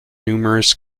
numerous